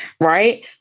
right